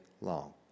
long